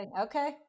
Okay